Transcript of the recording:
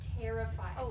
terrified